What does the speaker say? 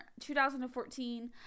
2014